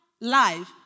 life